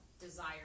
desire